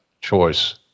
choice